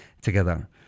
together